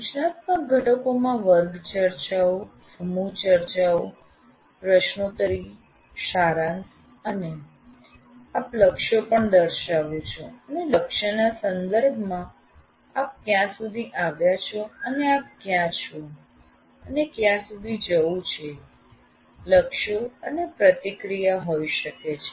સૂચનાત્મક ઘટકોમાં વર્ગ ચર્ચાઓ સમૂહ ચર્ચાઓ પ્રશ્નોત્તરી સારાંશ અને આપ લક્ષ્યો પણ દર્શાવો છો અને લક્ષ્યના સંદર્ભમાં આપ ક્યાં સુધી આવ્યા છો અને આપ ક્યાં છો અને ક્યાં સુધી જવું છે લક્ષ્યો અને પ્રતિક્રિયા હોઈ શકે છે